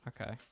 Okay